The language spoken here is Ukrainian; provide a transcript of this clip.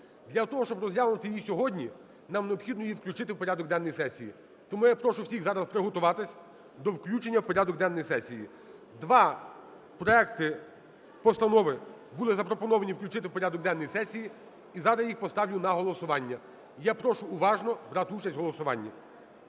Для того, щоб розглянути її сьогодні, нам необхідно її включити в порядок денний сесії. Тому я прошу всіх зараз приготуватись до включення в порядок денний сесії. Два проекти постанови були запропоновані включити в порядок денний сесії, і зараз їх поставлю на голосування. Я прошу уважно брати участь в голосуванні.